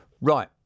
Right